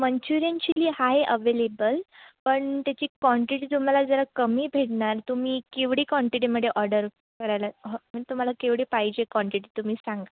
Manchurian chilli आहे available पण त्याची काँटिटी तुम्हाला जरा कमी भेटणार तुम्ही केवढी काँटिटीमध्ये ऑडर करायला ह मग तुम्हाला केवढी पाहिजे काँटिटी तुम्ही सांगा